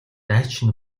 дайчин